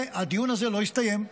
הדיון הזה לא הסתיים.